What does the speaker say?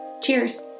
Cheers